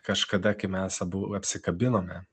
kažkada kai mes abu apsikabinome